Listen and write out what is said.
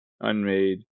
unmade